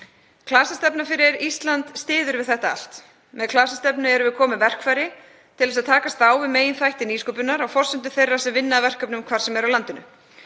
Klasastefna fyrir Ísland styður við þetta allt. Með klasastefnu erum við komin með verkfæri til að takast á við meginþætti nýsköpunar á forsendum þeirra sem vinna að verkefnum hvar sem er á landinu.